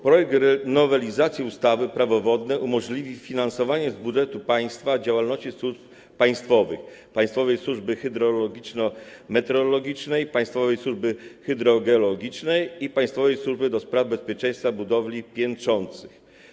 Projekt nowelizacji ustawy Prawo wodne umożliwi finansowanie z budżetu państwa działalności służb państwowych: państwowej służby hydrologiczno-meteorologicznej, państwowej służby hydrogeologicznej i państwowej służby do spraw bezpieczeństwa budowli piętrzących.